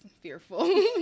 fearful